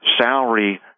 salary